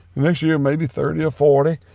next year, maybe thirty or forty.